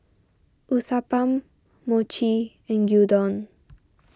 Uthapam Mochi and Gyudon